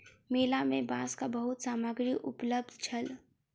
मेला में बांसक बहुत सामग्री उपलब्ध छल